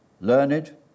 learned